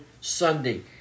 Sunday